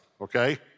okay